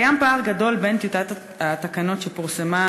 קיים פער גדול בין טיוטת התקנות שפורסמה